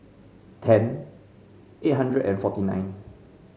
ten eight hundred and forty nine